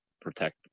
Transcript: protect